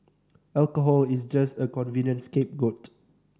alcohol is just a convenient scapegoat